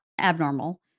abnormal